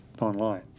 online